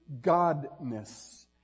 Godness